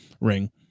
ring